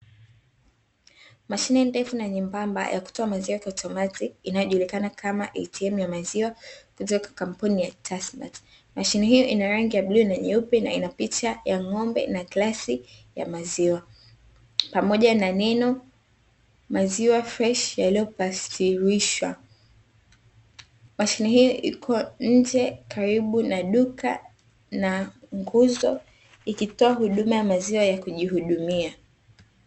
Mashine ndefu na nyembamba ya kutoa maziwa automatiki, mashine hiyo ina rangi ya bluu na nyeupe na ina picha ya ng'ombe na glasi ya maziwa pamoja na neno "maziwa fresh" , mashine hiyo ipo nje karibu na duka na nguzo, ikitoa huduma ya maziwa ya kujihudumia.